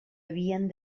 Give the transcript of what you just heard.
havien